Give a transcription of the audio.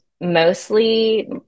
mostly